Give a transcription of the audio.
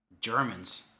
Germans